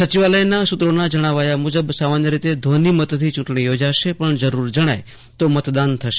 સચિવાલયના સૂત્રા ેના જણાવ્યા મુજબ સામાન્ય રીતે ધ્વનિમતથી ચૂંટણી યોજાશે પણ જરૂર જણાય તો મતદાન થશે